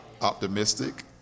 optimistic